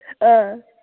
अँ